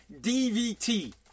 DVT